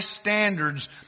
standards